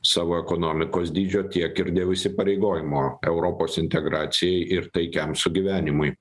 savo ekonomikos dydžio tiek ir dėl įsipareigojimo europos integracijai ir taikiam sugyvenimui